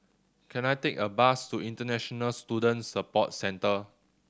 can I take a bus to International Student Support Centre